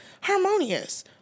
harmonious